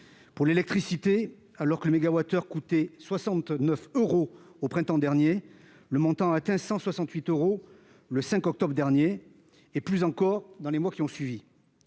Pour l'électricité, alors que le mégawattheure coûtait 69 euros au printemps dernier, il a atteint 168 euros le 5 octobre dernier, et plus encore dans les mois qui ont suivi.